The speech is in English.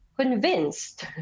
convinced